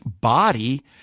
body